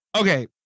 Okay